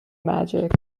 magic